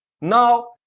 Now